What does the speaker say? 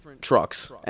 trucks